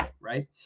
right